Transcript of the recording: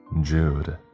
Jude